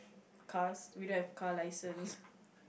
cars we don't have car license